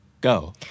go